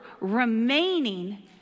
remaining